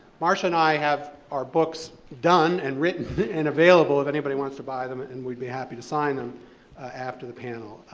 marcia and i have our books done and written and available, if anybody wants to buy them, and we'd be happy to sign them after the panel.